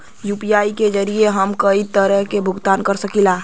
UPI के जरिये हम कई तरे क भुगतान कर सकीला